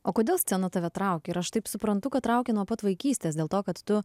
o kodėl scena tave traukia ir aš taip suprantu kad traukė nuo pat vaikystės dėl to kad tu